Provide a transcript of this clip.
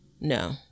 No